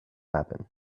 happen